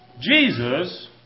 Jesus